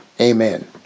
amen